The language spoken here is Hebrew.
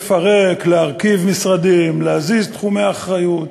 לפרק, להרכיב משרדים, להזיז תחומי אחריות